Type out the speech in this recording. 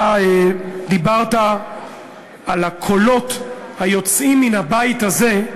אתה דיברת על הקולות היוצאים מן הבית הזה,